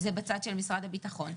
זה בצד של משרד הביטחון.